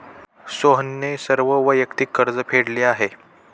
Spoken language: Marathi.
सोहनने सर्व वैयक्तिक कर्ज फेडले आहे